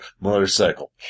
motorcycle